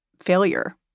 failure